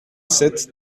sept